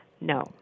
No